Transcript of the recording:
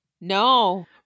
no